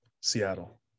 Seattle